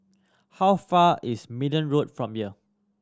how far is Minden Road from here